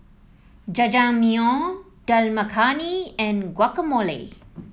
Jajangmyeon Dal Makhani and Guacamole